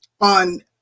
on